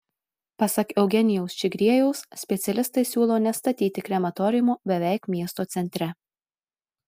pasak eugenijaus čigriejaus specialistai siūlo nestatyti krematoriumo beveik miesto centre